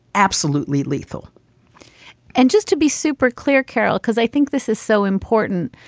absolutely lethal and just to be super clear, carol, because i think this is so important.